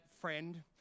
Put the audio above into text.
friend